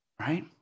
right